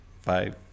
Five